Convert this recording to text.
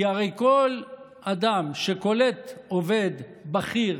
כי הרי כל אדם שקולט עובד בכיר